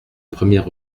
première